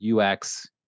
UX